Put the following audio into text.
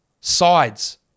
sides